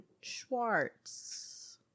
Schwartz